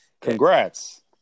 Congrats